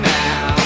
now